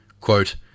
quote